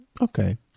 Okay